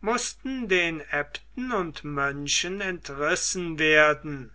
mußten den aebten und mönchen entrissen werden